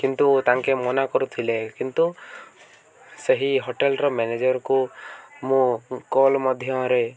କିନ୍ତୁ ତାଙ୍କେ ମନା କରୁଥିଲେ କିନ୍ତୁ ସେହି ହୋଟେଲ୍ର ମ୍ୟାନେଜର୍କୁ ମୁଁ କଲ୍ ମଧ୍ୟରେ